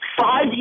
Five